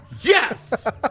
Yes